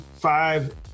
Five